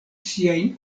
siajn